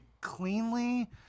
cleanly